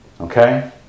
Okay